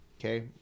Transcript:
okay